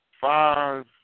five